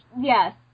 Yes